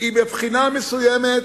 היא מבחינה מסוימת,